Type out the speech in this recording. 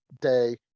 day